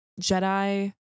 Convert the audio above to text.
jedi